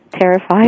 Terrified